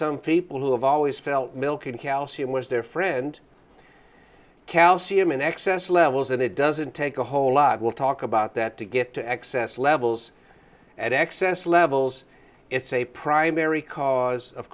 some people who have always felt milk in calcium was their friend calcium in excess levels and it doesn't take a whole lot we'll talk about that to get to excess levels at access levels it's a primary cause of